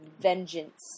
vengeance